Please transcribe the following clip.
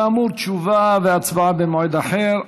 כאמור, תשובה והצבעה במועד אחר.